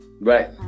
right